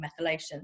methylation